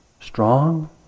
strong